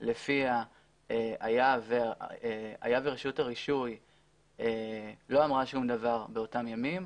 לפיה היה ורשות הרישוי לא אמרה שום דבר באותם ימים,